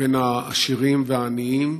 ובין העשירים לעניים,